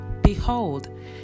behold